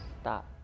stop